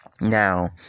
Now